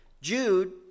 Jude